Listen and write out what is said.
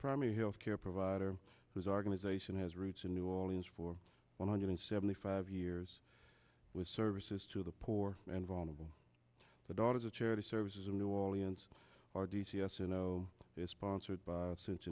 primary health care provider organization has roots in new orleans for one hundred seventy five years with services to the poor and vulnerable the daughters of charity services in new orleans are d c s you know is sponsored by since